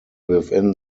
within